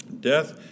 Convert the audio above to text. death